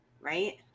right